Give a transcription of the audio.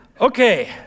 Okay